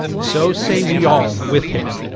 so say we all with him.